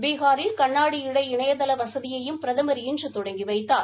பீகாரில் கண்ணாடி இழை இணையதள வசதியையும் பிரதமர் இன்று தொடங்கி வைத்தார்